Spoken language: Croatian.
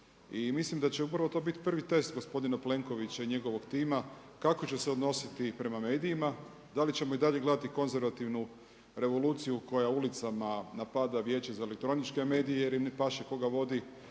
i mislim da će upravo to biti prvi test gospodina Plenkovića i njegovog tima kako će se odnositi prema medijima, da li ćemo i dalje gledati konzervativnu revoluciju koja ulicama napada Vijeće za elektroničke medije jer im ne paše koga vodi,